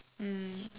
mm